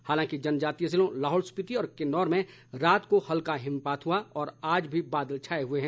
हालांकि जनजातीय जिलों लाहौल स्पीति व किन्नौर में रात को हल्का हिमपात हुआ और आज भी बादल छाए हुए हैं